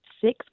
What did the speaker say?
six